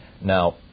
Now